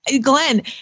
Glenn